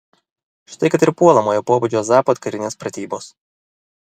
štai kad ir puolamojo pobūdžio zapad karinės pratybos